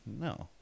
no